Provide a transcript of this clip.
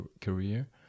career